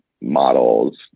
models